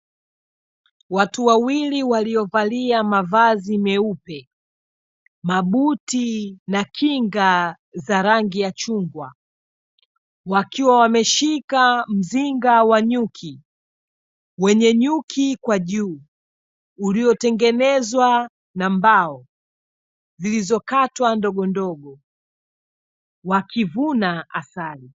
Watu wawili waliovalia mavazi meupe na buti na kinga za rangi ya chungwa wakiwa wameshika mzinga wa nyuki wenye nyuki kwa juu, uliotengenezwa na mbao zilizokatwa ndogondogo akivuna asali.